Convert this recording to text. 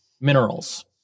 minerals